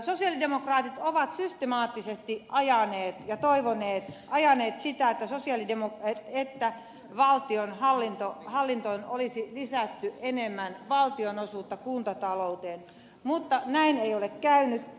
sosialidemokraatit ovat systemaattisesti toivoneet ja ajaneet sitä että valtionhallintoon olisi lisätty enemmän valtionosuutta kuntatalouteen mutta näin ei ole käynyt